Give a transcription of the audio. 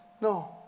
no